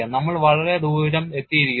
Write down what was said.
നമ്മൾ വളരെ ദൂരം എത്തിയിരിക്കുന്നു